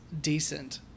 decent